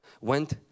went